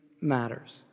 matters